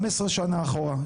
15 שנה אחורה.